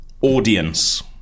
audience